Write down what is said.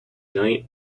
night